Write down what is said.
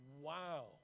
wow